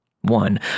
One